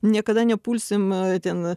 niekada nepulsim ten